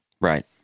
Right